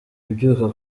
kubyuka